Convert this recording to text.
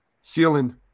ceiling